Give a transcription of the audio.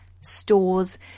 stores